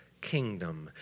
kingdom